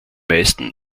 meisten